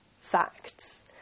facts